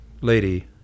lady